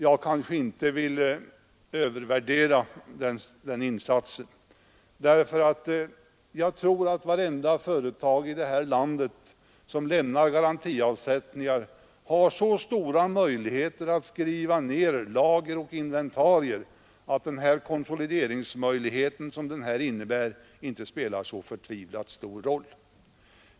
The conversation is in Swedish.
Jag kanske inte vill övervärdera den insatsen, ty vartenda företag som gör garantiavsättningar har säkert så stora möjligheter att skriva ner lager och inventarier att den här konsolideringsmöjligheten inte spelar så stor roll.